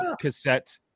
cassette